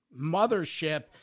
mothership